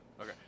Okay